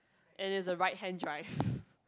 and it's a right hand drive